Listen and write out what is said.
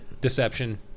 Deception